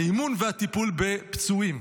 האימון והטיפול בפצועים.